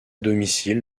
domicile